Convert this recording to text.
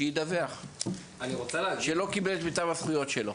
שידווח שלא קיבל את הזכויות שלו.